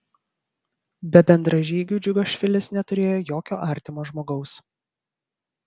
be bendražygių džiugašvilis neturėjo jokio artimo žmogaus